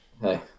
hey